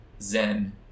zen